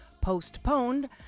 Postponed